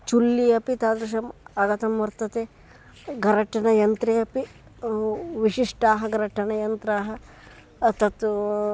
चुल्लि अपि तादृशम् आगतं वर्तते गरटनयन्त्रे अपि विशिष्टानि गरटनयन्त्राणि तत्तु